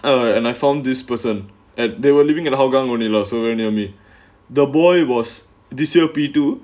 and I found this person and they were living in hougang only also very me the boy was this year P two